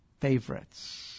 favorites